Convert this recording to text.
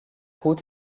route